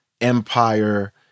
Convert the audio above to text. empire